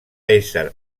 ésser